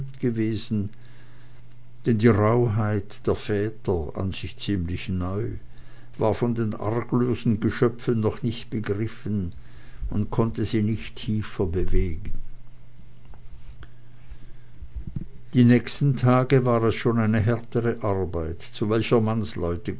gewesen denn die rauheit der väter an sich ziemlich neu war von den arglosen geschöpfen noch nicht begriffen und konnte sie nicht tiefer bewegen die nächsten tage war es schon eine härtere arbeit zu welcher